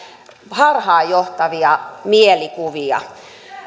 harhaanjohtavia mielikuvia